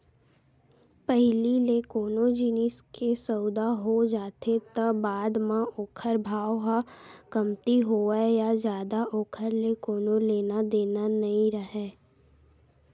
पहिली ले कोनो जिनिस के सउदा हो जाथे त बाद म ओखर भाव ह कमती होवय या जादा ओखर ले कोनो लेना देना नइ राहय